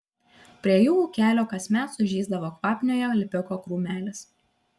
prie jų ūkelio kasmet sužysdavo kvapniojo lipiko krūmelis